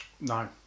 No